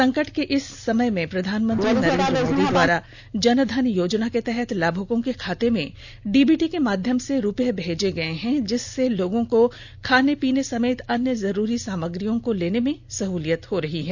संकट के इस समय में प्रधानमंत्री नरेंद्र मोदी द्वारा जन धन योजना के तहत लाभुकों के खाते में डीबीटी के माध्यम से रुपए भेजे गए हैं जिससे लोगों को खाने पीने समेत अन्य जरूरी सामग्रियों को लेने में सहूलियत हो रही है